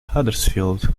huddersfield